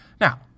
Now